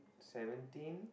seventeen